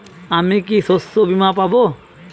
আমি কি শষ্যবীমা পাব?